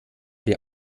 wer